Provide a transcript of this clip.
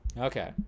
okay